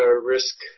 risk